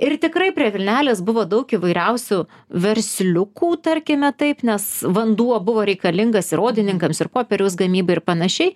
ir tikrai prie vilnelės buvo daug įvairiausių versliukų tarkime taip nes vanduo buvo reikalingas įrodininkams ir popieriaus gamybai ir panašiai